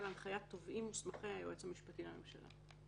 להנחיית תובעים מוסמכי היועץ המשפטי לממשלה".